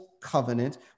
covenant